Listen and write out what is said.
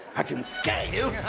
i can scare you.